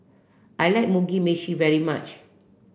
I like Mugi Meshi very much